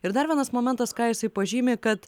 ir dar vienas momentas ką jisai pažymi kad